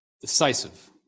decisive